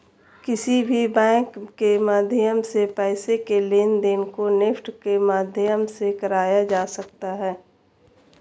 किसी भी बैंक के माध्यम से पैसे के लेनदेन को नेफ्ट के माध्यम से कराया जा सकता है